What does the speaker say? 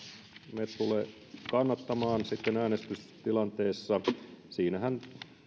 me tule kannattamaan sitten äänestystilanteessa siinähän